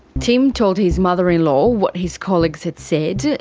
tim told his mother-in-law what his colleagues had said.